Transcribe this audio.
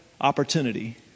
opportunity